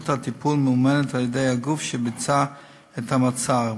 הטיפול ממומן על-ידי הגוף שביצע את המעצר,